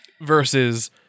Versus